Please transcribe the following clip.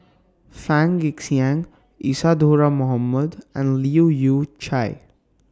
Fang Guixiang Isadhora Mohamed and Leu Yew Chye